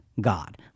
God